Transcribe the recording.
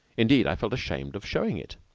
indeed, i felt ashamed of showing it.